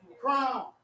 Crown